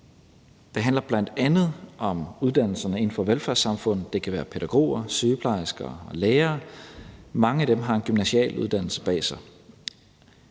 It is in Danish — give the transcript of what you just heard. Det handler bl.a. om uddannelserne inden for velfærdssamfundet. Det kan være uddannelserne til pædagog, sygeplejerske og lærer. Mange af dem har en gymnasial uddannelse bag sig.